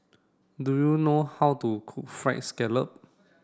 do you know how to cook fried scallop